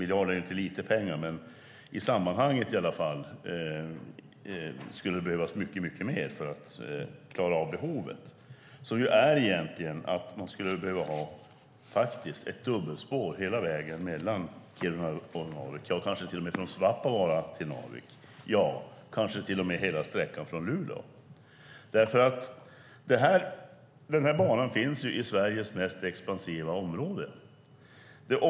1 miljard är inte lite pengar, men i sammanhanget skulle det behövas mycket mer för att klara behovet - ett dubbelspår hela vägen mellan Kiruna och Narvik, kanske till och med från Svappavaara till Narvik, kanske till och med hela sträckan från Luleå. Banan finns i Sveriges mest expansiva område.